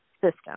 system